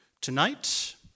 Tonight